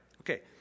Okay